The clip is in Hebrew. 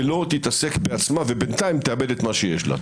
ולא תתעסק בעצמה ובינתיים תאבד את מה שיש לה.